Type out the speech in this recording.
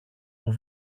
που